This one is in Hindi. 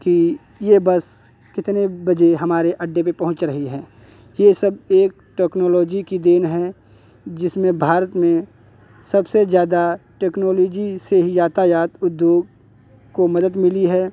कि ये बस कितने बजे हमारे अड्डे पे पहुँच रही है ये सब एक टेक्नोलॉजी की देन है जिसमें भारत में सबसे ज़्यादा टेक्नोलॉजी से ही यातायात उद्योग को मदद मिली है